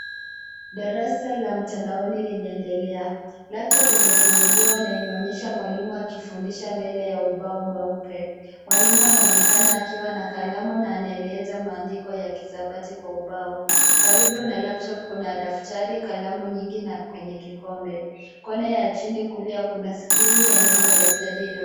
Darasa la mtandaoni linaendelea. Laptop imefunguliwa na inaonyesha mwalimu akifundisha mbele ya ubao mweupe. Mwalimu anaonekana akiwa na kalamu na anaeleza maandiko ya kisabati kwa ubao. Karibu na laptop kuna daftari, kalamu nyingi na kwenye kikombe. Kona ya chini kulia kuna skrini ya nebo ya study.com.